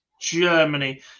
Germany